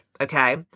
Okay